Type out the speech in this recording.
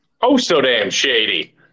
Oh-so-damn-shady